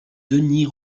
denys